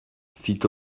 fit